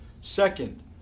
Second